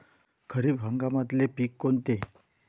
खरीप हंगामातले पिकं कोनते?